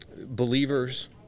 believers